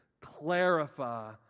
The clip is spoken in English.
clarify